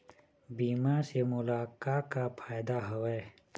बीमा से मोला का का फायदा हवए?